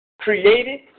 created